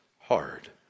hard